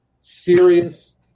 serious